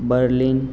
Berlin